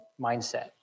mindset